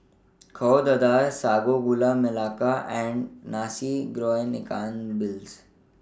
Kueh Dadar Sago Gula Melaka and Nasi Goreng Ikan Bilis